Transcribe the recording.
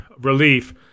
relief